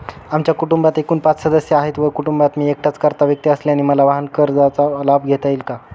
आमच्या कुटुंबात एकूण पाच सदस्य आहेत व कुटुंबात मी एकटाच कर्ता व्यक्ती असल्याने मला वाहनकर्जाचा लाभ घेता येईल का?